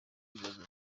bibaza